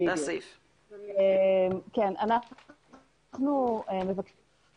אנחנו מבקשים